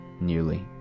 nearly